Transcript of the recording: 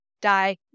die